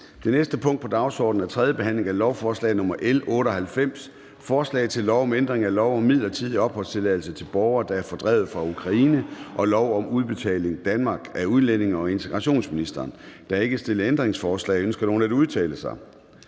Det næste punkt på dagsordenen er: 5) 3. behandling af lovforslag nr. L 98: Forslag til lov om ændring af lov om midlertidig opholdstilladelse til personer, der er fordrevet fra Ukraine, og lov om Udbetaling Danmark. (Tilskud til forsørgelse af børn, der forsørges af andre end forældrene, og sidestilling